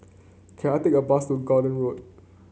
can I take a bus to Gordon Road